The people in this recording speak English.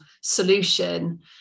solution